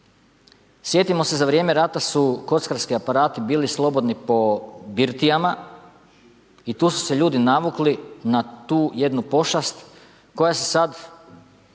Sjetimo se, za vrijeme rata su kockarski aparati bili slobodni po birtijama i tu su se ljudi navukli na tu jednu pošast koja se sada